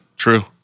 True